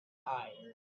tired